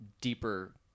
deeper